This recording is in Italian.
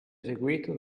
eseguito